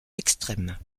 extrême